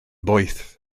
boeth